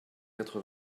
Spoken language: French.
quatre